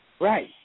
Right